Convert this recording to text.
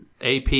AP